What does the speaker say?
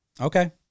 Okay